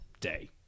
day